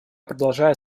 продолжает